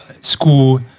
School